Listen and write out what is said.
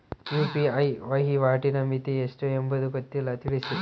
UPI ವಹಿವಾಟಿನ ಮಿತಿ ಎಷ್ಟು ಎಂಬುದು ಗೊತ್ತಿಲ್ಲ? ತಿಳಿಸಿ?